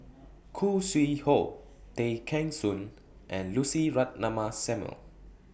Khoo Sui Hoe Tay Kheng Soon and Lucy Ratnammah Samuel